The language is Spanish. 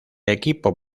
equipo